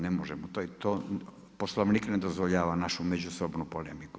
Ne možemo, to, Poslovnik ne dozvoljava našu međusobnu polemiku.